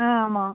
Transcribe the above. ஆ ஆமாம்